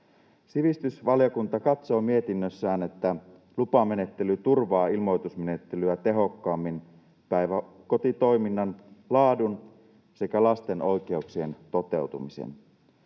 Sivistysvaliokunta katsoo mietinnössään, että lupamenettely turvaa ilmoitusmenettelyä tehokkaammin päiväkotitoiminnan laadun sekä lasten oikeuksien toteutumisen.